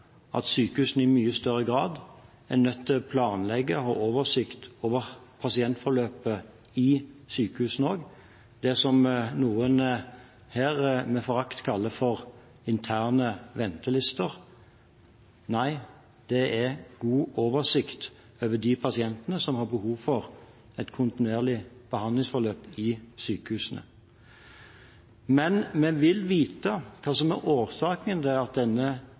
at sykehusene i mye større grad er nødt til å planlegge og ha oversikt over pasientforløpet i sykehusene, det som noen her med forakt kaller interne ventelister. Det er god oversikt over de pasientene som har behov for et kontinuerlig behandlingsforløp i sykehusene. Men vi vil vite hva som er årsaken til at denne endringen startet i 2011. Det er ikke sikkert at det er